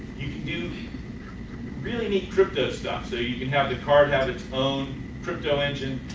you can do really neat crypto stuff. so you can have the card have its own crypto engine,